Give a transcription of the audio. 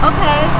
Okay